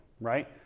right